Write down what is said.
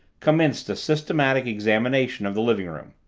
commenced a systematic examination of the living-room.